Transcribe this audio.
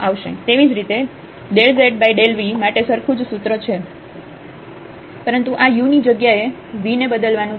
તેવી જ રીતે ∂z∂v માટે સરખું જ સૂત્ર છે પરંતુ આ u નું જગ્યાએ v ને બદલવાનું છે